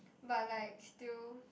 but like still